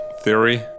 theory